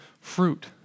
fruit